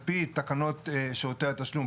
על פי תקנות שירותי התשלום,